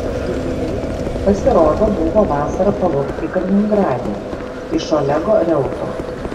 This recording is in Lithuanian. žiguliai pasirodo buvo vasarą pavogti kaliningrade iš olego reuto